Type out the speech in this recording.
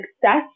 success